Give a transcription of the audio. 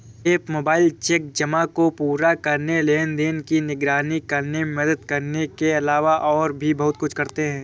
app mobile cheque जमा को पूरा करने, लेनदेन की निगरानी करने में मदद करने के अलावा और भी बहुत कुछ करते हैं